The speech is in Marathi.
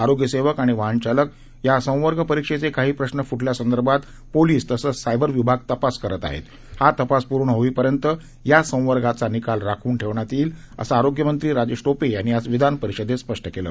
आरोग्यसेवक आणि वाहनचालक या संवर्ग परिक्षेचे काही प्रश्र फूटल्यासंदर्भात पोलीस तसंच सायबर विभागही तपास करत आहे हा तपास पूर्ण होईपर्यंत या संवर्गाचा निकाल राखून ठेवण्यात येईल असं आरोग्यमंत्री राजेश टोपे यांनी आज विधानपरिषदेत स्पष्ट केलं